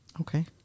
Okay